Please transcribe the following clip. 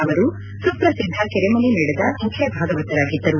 ಅವರು ಸುಪ್ರಸಿದ್ದ ಕೆರೆಮನೆ ಮೇಳದ ಮುಖ್ಯ ಭಾಗವತರಾಗಿದ್ದರು